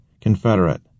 Confederate